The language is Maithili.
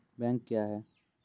बैंक क्या हैं?